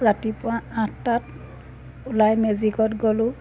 ৰাতিপুৱা আঠটাত ওলাই মেজিকত গ'লোঁ